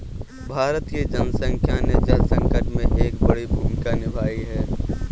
भारत की जनसंख्या ने जल संकट में एक बड़ी भूमिका निभाई है